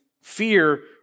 fear